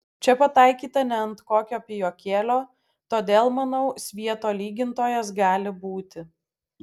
čia pataikyta ne ant kokio pijokėlio todėl manau svieto lygintojas gali būti